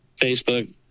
Facebook